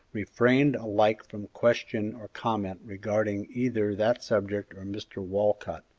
refrained alike from question or comment regarding either that subject or mr. walcott,